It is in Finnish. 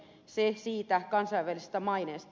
se siitä kansainvälisestä maineesta